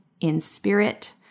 inspirit